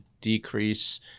decrease